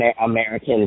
American